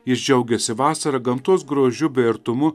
jis džiaugiasi vasara gamtos grožiu bei artumu